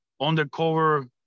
undercover